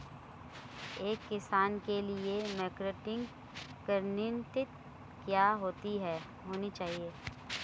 एक किसान के लिए मार्केटिंग रणनीति क्या होनी चाहिए?